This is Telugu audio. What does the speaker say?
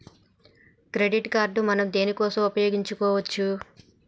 క్రెడిట్ కార్డ్ మనం దేనికోసం ఉపయోగించుకోవచ్చు?